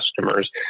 customers